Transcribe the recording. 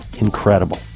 incredible